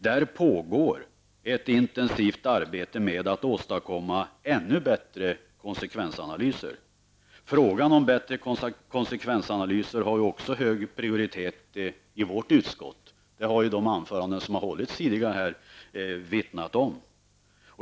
Där pågår ett intensivt arbete med att åstadkomma ännu bättre konsekvensanalyser. Frågan om bättre konsekvensanalyser har också hög prioritet i vårt utskott -- det har de anföranden som hållits tidigare här vittnat om.